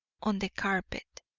on the carpet.